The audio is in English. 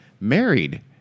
married